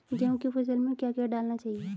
गेहूँ की फसल में क्या क्या डालना चाहिए?